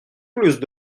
plus